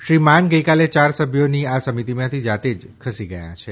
શ્રી માન ગઇકાલે યાર સભ્યોની આ સમિતિમાંથી જાતે જ ખસી ગયા છે